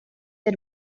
der